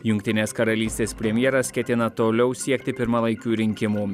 jungtinės karalystės premjeras ketina toliau siekti pirmalaikių rinkimų